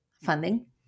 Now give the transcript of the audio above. funding